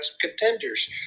contenders